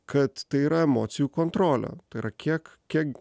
kad tai yra emocijų kontrolė tai yra kiek kiek